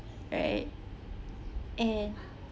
right and